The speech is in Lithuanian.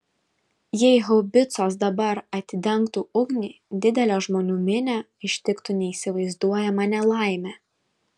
jei haubicos dabar atidengtų ugnį didelę žmonių minią ištiktų neįsivaizduojama nelaimė